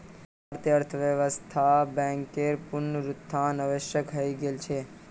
भारतीय अर्थव्यवस्थात बैंकेर पुनरुत्थान आवश्यक हइ गेल छ